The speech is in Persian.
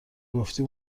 گفتی